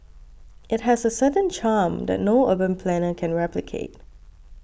it has a certain charm that no urban planner can replicate